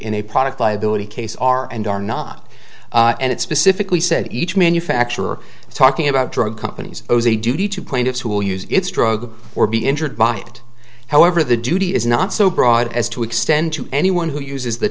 in a product liability case are and are not and it specifically said each manufacturer talking about drug companies owes a duty to plaintiffs who will use its drug or be injured by it however the duty is not so broad as to extend to anyone who uses the